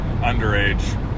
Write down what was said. underage